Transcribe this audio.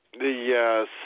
Yes